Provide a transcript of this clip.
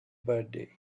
birthday